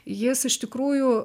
jis iš tikrųjų